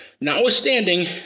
notwithstanding